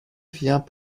vient